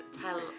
tell